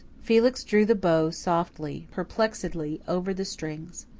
felix drew the bow softly, perplexedly over the strings.